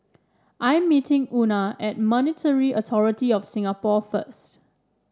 I'm meeting Una at Monetary Authority Of Singapore first